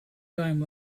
time